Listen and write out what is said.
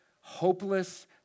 hopeless